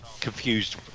confused